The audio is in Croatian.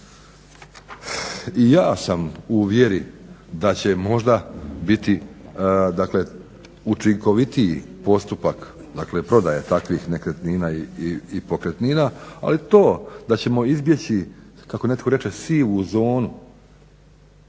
I ja sam u vjeri da će možda biti učinkovitiji postupak dakle prodaje takvih nekretnina i pokretnina ali to da ćemo izbjeći kako netko reće sivu zonu